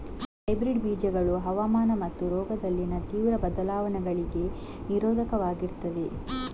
hybrid ಬೀಜಗಳು ಹವಾಮಾನ ಮತ್ತು ರೋಗದಲ್ಲಿನ ತೀವ್ರ ಬದಲಾವಣೆಗಳಿಗೆ ನಿರೋಧಕವಾಗಿರ್ತದೆ